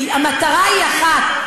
כי המטרה היא אחת,